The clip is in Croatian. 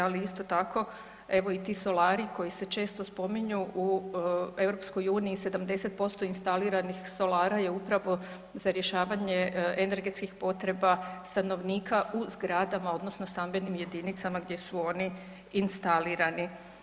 Ali isto tako evo i ti solari koji se često spominju u EU 70% instaliranih solara je upravo za rješavanje energetskih potreba stanovnika u zgradama, odnosno stambenim jedinicama gdje su oni instalirani.